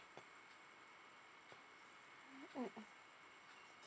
um